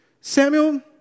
Samuel